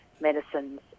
medicines